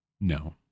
No